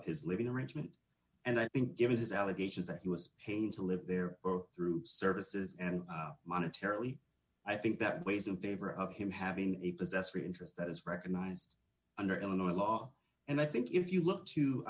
his living arrangement and i think given his allegations that he was pained to live there or through services and monetary i think that weighs in favor of him having a possessory interest that is recognized under illinois law and i think if you look to